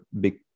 big